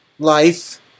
life